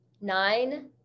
nine